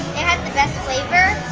and the best flavor.